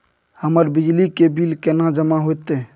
हमर बिजली के बिल केना जमा होते?